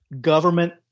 government